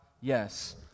yes